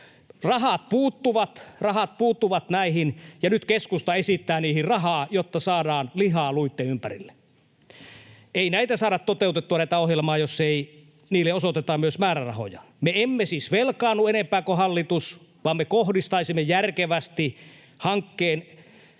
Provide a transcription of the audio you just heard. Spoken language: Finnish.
Rahat puuttuvat näihin, ja nyt keskusta esittää niihin rahaa, jotta saadaan lihaa luitten ympärille. Ei näitä ohjelmia saada toteutettua, jos ei niille osoiteta myös määrärahoja. Me emme siis velkaannu enempää kuin hallitus, vaan me kohdistaisimme järkevästi hankkeen